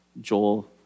Joel